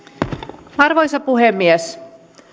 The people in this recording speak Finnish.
arvoisa puhemies